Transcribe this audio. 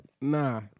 Nah